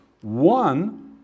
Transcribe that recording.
One